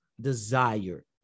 desire